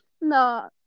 No